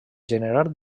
generar